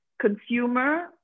consumer